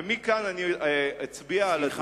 ומכאן אני אצביע על הדברים,